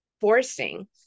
forcing